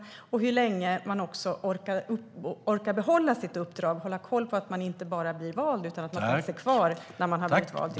Det handlar också om hur länge man orkar behålla sitt uppdrag och hålla koll inte bara på att man blir vald utan att man håller sig kvar när man blivit vald.